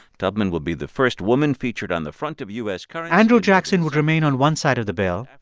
tubman will be the first woman featured on the front of u s. currency. andrew jackson would remain on one side of the bill,